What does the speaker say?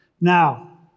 Now